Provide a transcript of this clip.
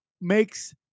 makes